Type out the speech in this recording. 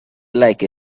like